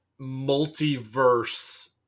multiverse-